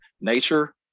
nature